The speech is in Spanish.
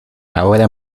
ahora